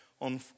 on